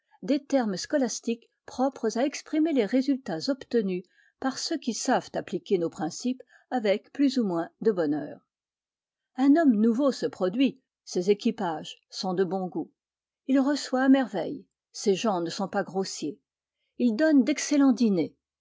des termes scolastiques propres à exprimer les résultats obtenus par ceux qui savent appliquer nos principes avec plus ou moins de bonheur un homme nouveau se produit ses équipages sont de bon goût il reçoit à merveille ses gens ne sont pas grossiers il donne d'excellents dîners